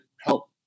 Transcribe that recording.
help